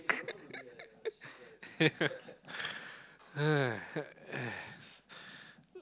!aiya!